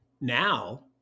now